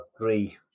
three